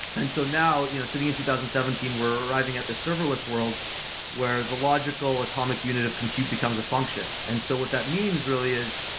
and so now, you know sitting in two thousand and seventeen, we're arriving at the serverless world where the logical atomic unit of compute becomes a function. and so what that means really is,